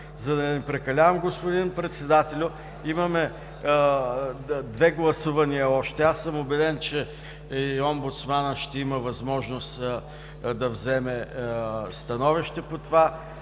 За да не прекалявам, господин Председателю, имаме още две гласувания. Аз съм убеден, че омбудсманът ще има възможност да вземе становище по това.